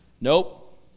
Nope